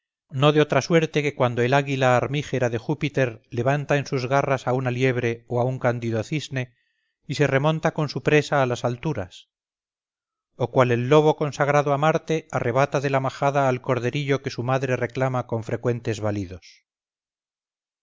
no de otra suerte que cuando el águila armígera de júpiter levanta en sus garras a una liebre o a un cándido cisne y se remonta con su presa a las alturas o cual el lobo consagrado a marte arrebata de la majada al corderillo que su madre reclama con frecuentes balidos